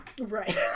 Right